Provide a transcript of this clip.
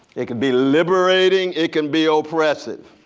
it can be liberating. it can be ah oppressive.